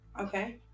Okay